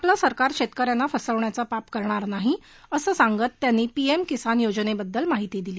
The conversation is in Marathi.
आपलं सरकार शेतकऱ्यांना फसवण्याचं पाप करणार नाही असं सांगत त्यांनी पीएम किसान योजने बद्दल माहिती दिली